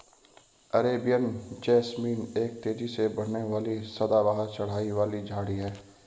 Arabian jasmine एक तेजी से बढ़ने वाली सदाबहार चढ़ाई वाली झाड़ी है